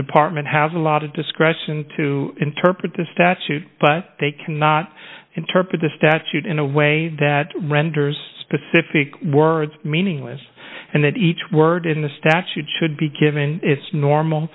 department has a lot of discretion to interpret the statute but they cannot interpret statute in a way that renders specific words meaningless and that each word in the statute should be given its normal